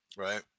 Right